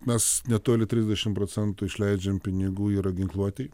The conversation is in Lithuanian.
mes netoli trisdešimt procentų išleidžiam pinigų yra ginkluotei